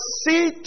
see